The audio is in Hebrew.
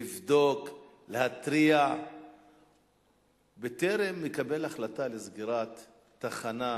לבדוק, להתריע בטרם יקבל החלטה לסגירת תחנת